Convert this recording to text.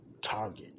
Target